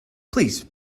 please